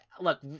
Look